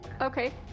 Okay